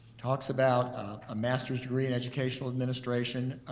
talks about a master's degree in educational administration,